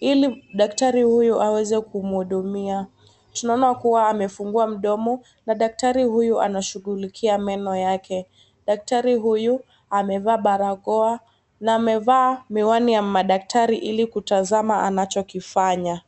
ili daktari huyu aweze kumuudumia. Tunaona kuwa amefungua mdomo na daktari huyu anashughulikia meno yake. Daktari huyu amevaa barakoa na amevaa miwani ya daktari ili atazame anachokifanya.